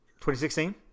2016